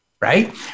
right